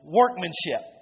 workmanship